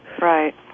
right